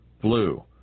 blue